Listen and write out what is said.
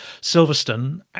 Silverstone